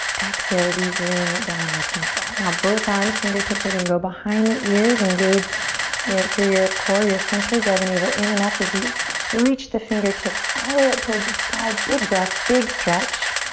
exhale as you bring it down with control. now both arms, fingertips are gonna go behind the ears. engage it through your core, your center, draw the navel in and up as you reach the fingertips all the way up towards the sky. big breath, big stretch.